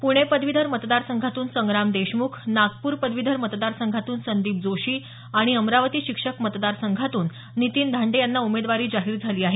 पूणे पदवीधर मतदारसंघातून संग्राम देशमुख नागपूर पदवीधर मतदारसंघातून संदीप जोशी आणि अमरावती शिक्षक मतदारसंघातून नितीन धांडे यांना उमेदवारी जाहीर झाली आहे